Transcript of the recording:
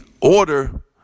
order